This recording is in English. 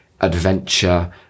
adventure